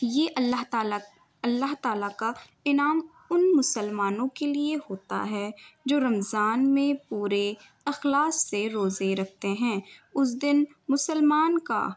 یہ اللہ تعالیٰ اللہ تعالیٰ کا انعام ان مسلمانوں کے لیے ہوتا ہے جو رمضان میں پورے اخلاص سے روزے رکھتے ہیں اس دن مسلمان کا